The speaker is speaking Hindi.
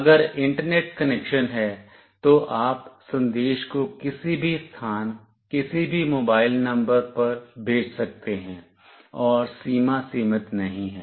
अगर इंटरनेट कनेक्शन है तो आप संदेश को किसी भी स्थान किसी भी मोबाइल नंबर पर भेज सकते हैं और सीमा सीमित नहीं है